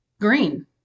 green